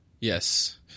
Yes